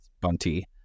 Bunty